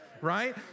right